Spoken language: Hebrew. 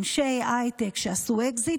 אנשי הייטק שעשו אקזיט,